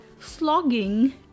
slogging